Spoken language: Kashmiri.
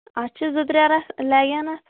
اَتھ چھِ زٕ ترٛےٚ رَتھ لَگان اَتھ